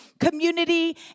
community